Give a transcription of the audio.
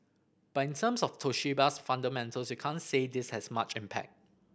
but in terms of Toshiba's fundamentals you can't say this has much impact